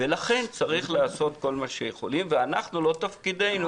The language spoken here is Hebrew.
לכן צריך לעשות כל מה שיכולים ולא תפקידנו